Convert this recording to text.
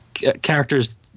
characters